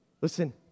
Listen